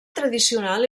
tradicional